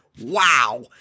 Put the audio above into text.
Wow